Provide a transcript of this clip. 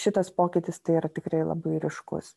šitas pokytis tai yra tikrai labai ryškus